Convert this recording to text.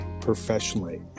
professionally